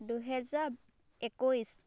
দুহেজাৰ একৈছ